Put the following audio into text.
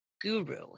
guru